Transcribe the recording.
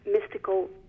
mystical